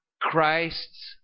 Christ's